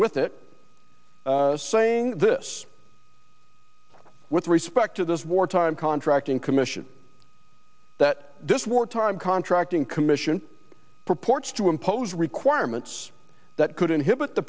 with it saying this with respect to this wartime contracting commission that this wartime contracting commission purports to impose requirements that couldn't hit the